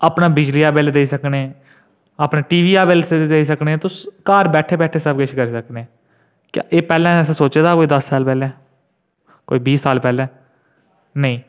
खाल्ली